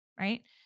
right